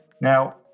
Now